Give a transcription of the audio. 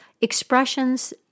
expressions